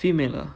female lah